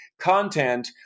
content